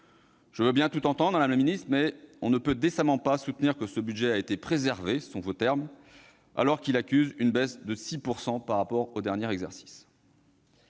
Je veux bien tout entendre, mais on ne peut pas décemment soutenir que ce budget a été « préservé », selon vos termes, alors qu'il accuse une baisse de 6 % par rapport au dernier exercice.